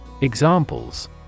Examples